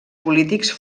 polítics